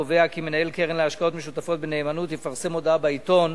קובע כי מנהל קרן להשקעות משותפות בנאמנות יפרסם הודעה בעיתון